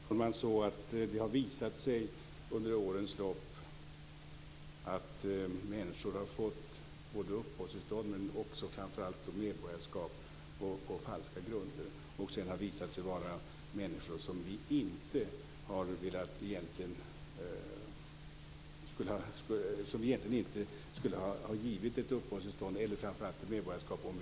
Fru talman! Det har visat sig under årens lopp att människor har fått både uppehållstillstånd och framför allt medborgarskap på falska grunder. Sedan har de visat sig vara människor som vi egentligen inte skulle ha givit uppehållstillstånd eller framför allt ett medborgarskap, om vi hade vetat fullt ut.